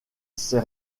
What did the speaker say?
ses